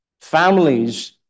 families